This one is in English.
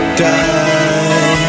die